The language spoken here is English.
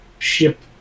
Ship